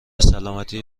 سلامتی